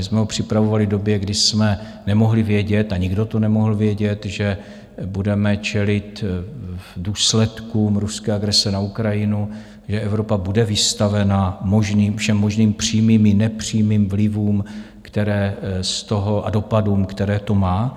My jsme ho připravovali v době, kdy jsme nemohli vědět, a nikdo to nemohl vědět, že budeme čelit důsledkům ruské agrese na Ukrajinu, že Evropa bude vystavena všem možným přímým i nepřímým vlivům a dopadům, které to má.